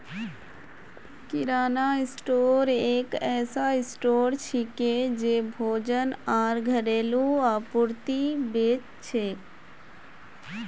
किराना store एक ऐसा store छिके जे भोजन आर घरेलू आपूर्ति बेच छेक